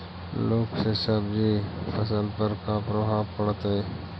लुक से सब्जी के फसल पर का परभाव पड़तै?